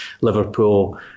Liverpool